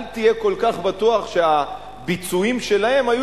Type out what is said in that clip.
אל תהיה כל כך בטוח שהביצועים שלהם היו